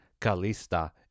Kalista